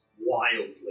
wildly